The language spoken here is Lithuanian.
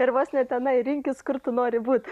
ir vos ne tenai rinkis kur tu nori būt